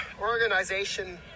organization